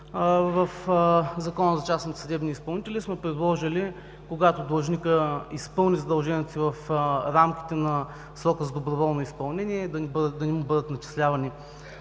В Закона за частните съдебни изпълнители сме предложили, когато длъжникът изпълни задълженията си в рамките на срока за доброволно изпълнение, да не му бъдат начислявани